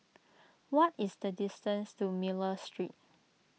what is the distance to Miller Street